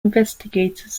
investigators